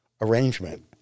arrangement